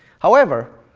however,